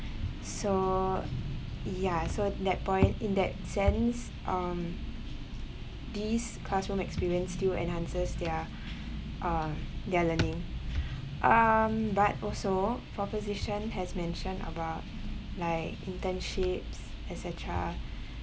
so ya so that point in that sense um these classroom experience still enhances their uh their learning um but also proposition has mentioned about like internships et cetera